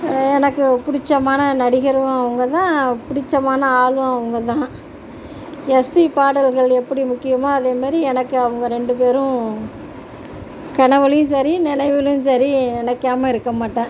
எனக்கு பிடிச்சமான நடிகரும் அவங்க தான் பிடிச்சமான ஆளும் அவங்க தான் எஸ்பி பாடல்கள் எப்படி முக்கியமோ அதேமாரி எனக்கு அவங்க ரெண்டு பேரும் கனவுலையும் சரி நெனைவிலும் சரி நினைக்காமல் இருக்கமாட்டேன்